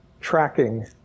tracking